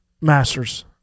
Masters